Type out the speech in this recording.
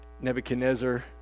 Nebuchadnezzar